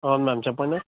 అవును మ్యామ్ చెప్పండి